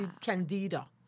candida